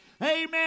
amen